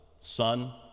Son